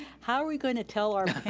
how are we gonna tell our